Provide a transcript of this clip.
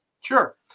Sure